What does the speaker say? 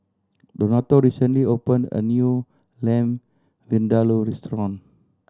Donato recently opened a new Lamb Vindaloo restaurant